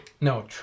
No